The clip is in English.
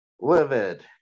Livid